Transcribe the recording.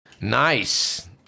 Nice